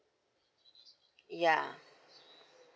ya